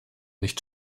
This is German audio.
nicht